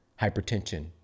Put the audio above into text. hypertension